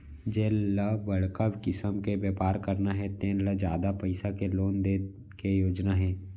जेन ल बड़का किसम के बेपार करना हे तेन ल जादा पइसा के लोन दे के योजना हे